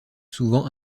souvent